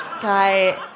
guy